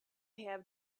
have